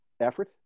effort